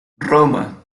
roma